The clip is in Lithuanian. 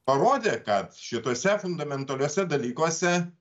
parodė kad šituose fundamentaliuose dalykuose